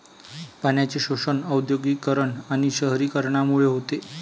पाण्याचे शोषण औद्योगिकीकरण आणि शहरीकरणामुळे होते